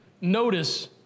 notice